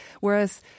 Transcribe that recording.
Whereas